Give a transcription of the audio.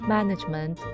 Management